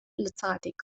lotsagatik